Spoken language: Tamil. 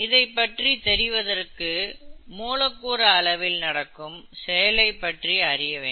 இதைப்பற்றி தெரிவதற்கு மூலக்கூறு அளவில் நடக்கும் செயலைப் பற்றி அறிய வேண்டும்